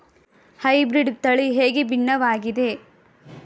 Hybrid ತಳಿ ಹೇಗೆ ಭಿನ್ನವಾಗಿದೆ?